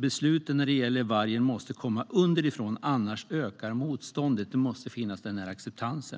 Besluten när det gäller vargen måste komma underifrån, annars ökar motståndet. Acceptansen måste finnas,